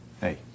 Hey